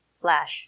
Flash